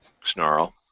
Snarl